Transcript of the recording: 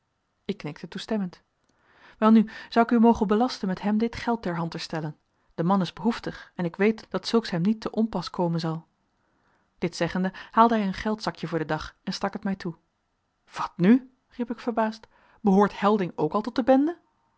ik knikte toestemmend welnu zou ik u mogen belasten met hem dit geld ter hand te stellen de man is behoeftig en ik weet dat zulks hem niet te onpas komen zal dit zeggende haalde hij een geldzakje voor den dag en stak het mij toe wat nu riep ik verbaasd behoort helding ook al tot de bende